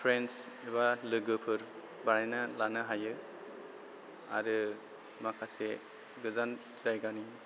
friends एबा लोगोफोर बानायना लानो हायो आरो माखासे गोजान जायगानि